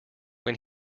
when